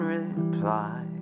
reply